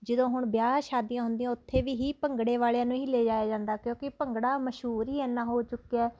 ਜਦੋਂ ਹੁਣ ਵਿਆਹ ਸ਼ਾਦੀਆਂ ਹੁੰਦੀਆਂ ਉੱਥੇ ਵੀ ਹੀ ਭੰਗੜੇ ਨੂੰ ਹੀ ਲਿਜਾਇਆ ਜਾਂਦਾ ਕਿਉਂਕਿ ਭੰਗੜਾ ਮਸ਼ੂਰ ਹੀ ਇੰਨਾਂ ਹੋ ਚੁੱਕਿਆ